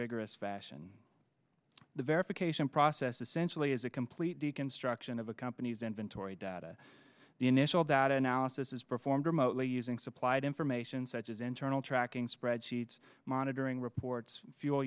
rigorous fashion the verification process essentially is a complete deconstruction of a company's inventory data the initial data now this is performed remotely using supplied information such as internal tracking spreadsheets monitoring reports fuel